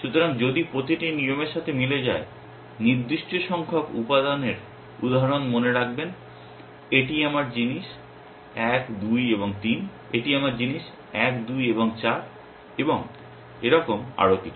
সুতরাং যদি প্রতিটি নিয়মের সাথে মিলে যায় নির্দিষ্ট সংখ্যক উপাদানের উদাহরণ মনে রাখবেন এটি আমার জিনিস 1 2 এবং 3 এটি আমার জিনিস 1 2 এবং 4 এবং এরকম আরও কিছু